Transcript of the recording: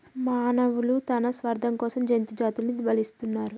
మానవులు తన స్వార్థం కోసం జంతు జాతులని బలితీస్తున్నరు